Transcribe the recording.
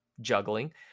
juggling